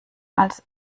als